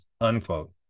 unquote